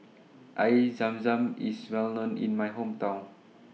Air Zam Zam IS Well known in My Hometown